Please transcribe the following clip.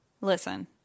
Listen